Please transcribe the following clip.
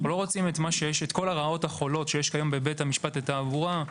אנחנו לא רוצים את כל הרעות החולות שיש כיום בבית המשפט לתעבורה,